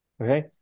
Okay